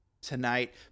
tonight